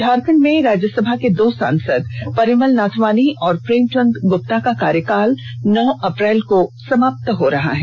झारखण्ड से राज्य सभा के दो सांसद परिमल नाथवाणी और प्रेमचंद गुप्ता का कार्यकाल नौ अप्रैल को समाप्त हो रहा है